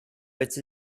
but